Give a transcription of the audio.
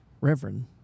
Reverend